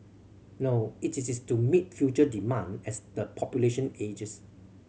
no it is to meet future demand as the population ages